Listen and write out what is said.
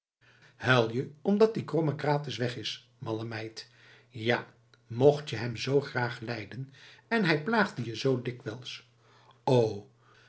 huil je omdat die kromme krates weg is malle meid ja mocht je hem zoo graag lijden en hij plaagde je zoo dikwijls o